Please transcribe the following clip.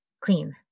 clean